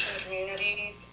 community